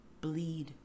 bleed